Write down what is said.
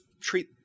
treat